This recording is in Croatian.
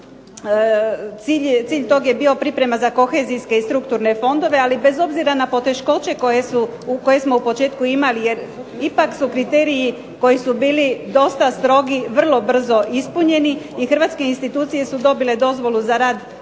cilj toga je bio priprema za kohezijske i strukturne fondove ali bez obzira na poteškoće koje smo u početku imali jer ipak su kriteriji koji su bili dosta strogi, vrlo brzo ispunjeni i hrvatske institucije su dobile dozvolu za rad sve